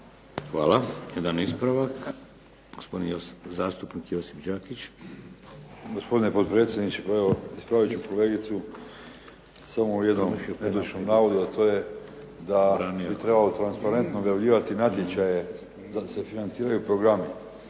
Hvala. Jedan ispravak, zastupnik Josip Đakić. **Đakić, Josip (HDZ)** Gospodine potpredsjedniče. Pa evo ispravit ću kolegicu samo u jednom pogrešnom navodu, a to je da bi trebalo transparentno objavljivati natječaje da se financiraju programi.